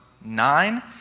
nine